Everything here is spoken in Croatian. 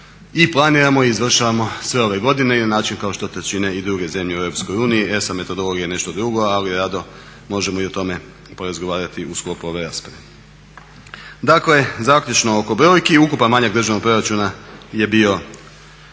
i planiramo i izvršavamo sve ove godine i na način kao što to čine i druge zemlje u EU. ESA metodologija je nešto drugo ali rado možemo i o tome porazgovarati u sklopu ove rasprave. Dakle zaključno oko brojki, ukupan manjak državnog proračuna je bio